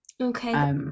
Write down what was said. Okay